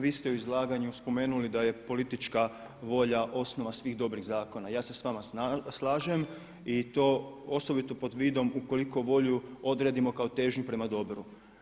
Vi ste u izlaganju spomenuli da je politička volja osnova svih dobrih zakona, ja se s vama slažem i to osobito pod vidom ukoliko volju odredimo kao težnju prema dobru.